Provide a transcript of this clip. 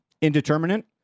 indeterminate